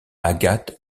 agathe